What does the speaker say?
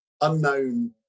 unknown